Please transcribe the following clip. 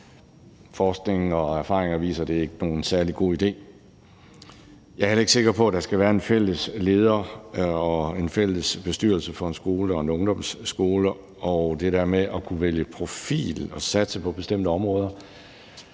Forskningen og erfaringerne viser, at det ikke er nogen særlig god idé. Jeg er heller ikke sikker på, at der skal være en fælles leder og en fælles bestyrelse for en skole og en ungdomsskole. Og det der med at kunne vælge profil og satse på bestemte områder